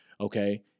okay